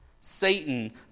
Satan